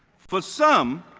for some,